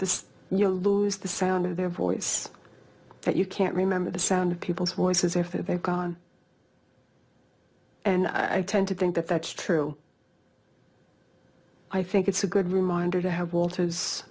this you lose the sound of their voice that you can't remember the sound of people's voices if they've gone and i tend to think that that's true i think it's a good reminder to have walter